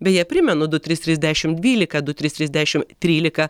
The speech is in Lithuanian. beje primenu du trys trys dešimt dvylika du trys trys dešimt trylika